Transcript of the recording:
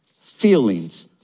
feelings